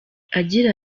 agira